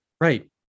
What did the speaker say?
right